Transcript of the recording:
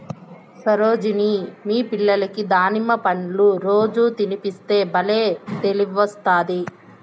సరోజిని మీ పిల్లలకి దానిమ్మ పండ్లు రోజూ తినిపిస్తే బల్లే తెలివొస్తాది